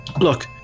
Look